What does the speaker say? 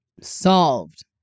Solved